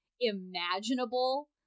imaginable